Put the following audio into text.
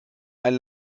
ein